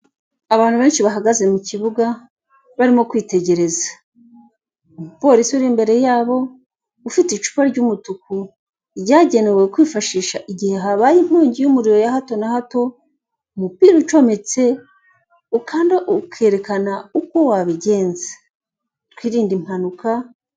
Abantu benshi bahagaze mu kibuga barimo kwitegereza umupolisi uri imbere yabo gufata icupa ry'umutuku ryagenewe kwifashisha igihe habaye inkongi y'umuriro ya hato na hato, umupira ucometse ukanda ukerekana uko wabigenza twirinde impanuka.